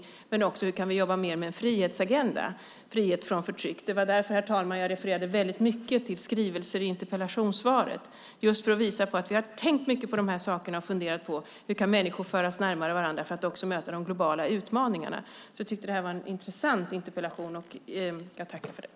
Men det handlar också om hur vi kan jobba mer med en frihetsagenda, frihet från förtryck. Det var därför som jag refererade mycket till skrivelser i interpellationssvaret, just för att visa att vi har tänkt mycket på dessa saker och funderat på hur människor kan föras närmare varandra för att också möta de globala utmaningarna. Jag tyckte därför att detta var en intressant interpellation, och jag tackar för den.